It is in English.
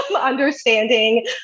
understanding